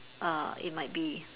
uh it might be